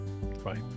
Right